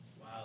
Wow